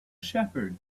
shepherd